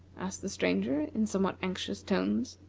asked the stranger in somewhat anxious tones.